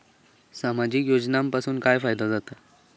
सामाजिक योजनांपासून काय फायदो जाता?